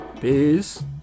Peace